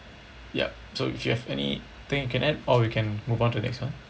yup so if you have anything you can add or we can move on to next [one]